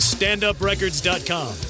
StandUpRecords.com